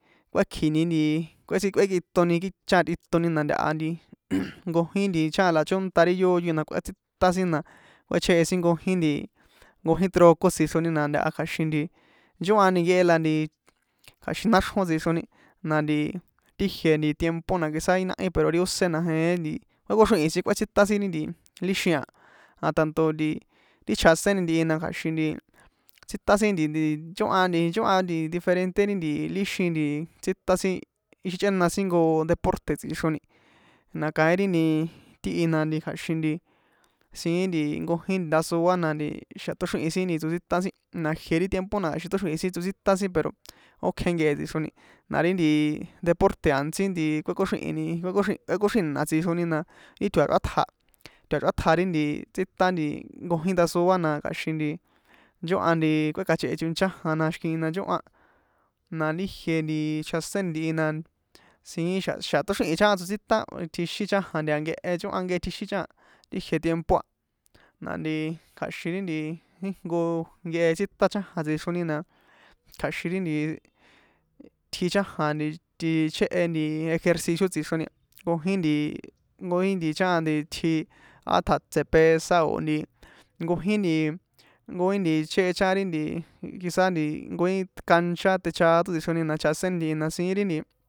Kuekji̱ni nti kꞌuétsi kꞌuékitoni ri chajan tꞌitoni na ntaha nti nkojin nti chajan la chónta ri yoyo na kꞌuétsita sin na kꞌuéchehe sin nkojin nti nkojin truco tsixroni na ntaha kja̱xin nchóhan nkehe la kja̱xin náxrjón tsixroni na nti ti jie nti tiempo na quizá í nahí pero ri ósé na jehe nti kuékoxrihin sin kꞌuetsitan sin ri líxin a na tanto nti ti chjaséni ntihi na kja̱xin nti tsítan sin nti nti nchóhan nti nchóhan nti diferente ri nti líxin tsítan sin ixi chꞌéna sin ijnko deporte̱ tsixroni na ka´ín ri nti tíhi na kja̱xin nti siín nti nkojin ndasoa na nti xa̱ tóxrihi̱n sin tsotsíta sin na jie ri tiempo na xi tóxrihi̱n tsotsíta sin pero ókje nkehe tsixroni na ri deporte̱ a̱ntsí nti kuékoxríhi̱ni kuekoxri kuékoxrina tsixroni na ti tjoa̱chrátja ri nti tsíta nti nkojin ndasoa na kja̱xin nchóha nti kuékjache̱hechoni chajan na xi̱kihi na nchóhan na ri jie nti chjaséni ntihi na siín xa̱ xa̱ tóxrihin chajan tsotsítan tjixin chajan de a nkehe nchóhan nkehe tjixin chajan ti jiie tiempo a na nti kja̱xin ri nti ijnko nkehe tsítan chajan tsixroni na kja̱xin ri nti tji chajan nti tichjéhe ejercicio tsixroni a nkojin nkojin chajan itji á tjatse pesa o̱ nti nkojín nti nkojín chehe chajan ri nti quizá nti nkojin kancha techado tsixroni na chjaséni ntihi na siín.